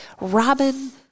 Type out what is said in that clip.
robin